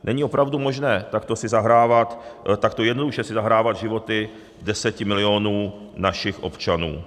Není opravdu možné takto si zahrávat, takto jednoduše si zahrávat s životy deseti milionů našich občanů.